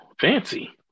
fancy